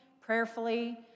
prayerfully